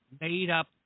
made-up